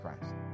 Christ